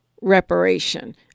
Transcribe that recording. reparation